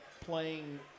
playing